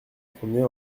promenait